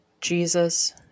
Jesus